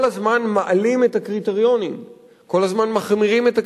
כל הזמן מעלים את הקריטריונים,